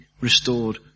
restored